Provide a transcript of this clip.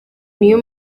niyo